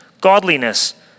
godliness